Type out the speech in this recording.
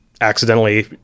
accidentally